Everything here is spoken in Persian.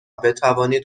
بتوانید